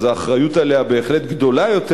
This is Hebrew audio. אז האחריות עליה בהחלט גדולה יותר,